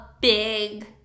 big